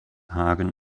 hagen